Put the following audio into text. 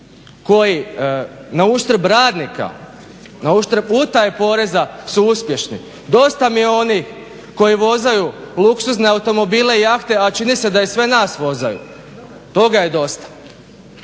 koji nauštrb radnika, nauštrb utaje poreza su uspješni. Dosta mi je onih koji vozaju luksuzne automobile i jahte, a čini se da i sve nas vozaju. Toga je dosta.